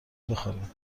بخوانیم